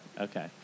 Okay